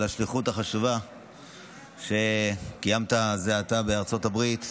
על השליחות החשובה שקיימת זה עתה בארצות הברית.